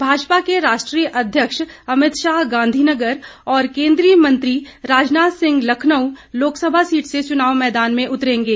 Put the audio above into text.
भाजपा के राष्ट्रीय अध्यक्ष अमितशाह गांधी नगर और केंद्रीय मंत्री राजनाथ सिंह लखनऊ लोकसभा सीट से चुनाव मैदान में उतरेंगे